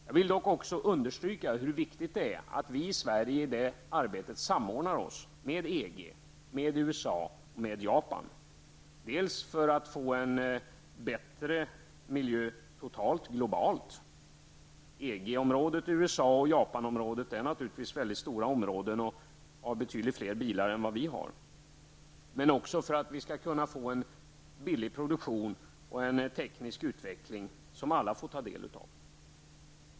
Jag vill dock också understryka hur viktigt det är att vi i Sverige i det arbetet samordnar oss med EG, med USA och med Japan, för att få en bättre miljö totalt globalt -- EG, USA och Japan utgör naturligtvis väldigt stora områden och har betydligt fler bilar än vi -- men också för att vi skall kunna få en billig produktion och en teknisk utveckling som alla får ta del av.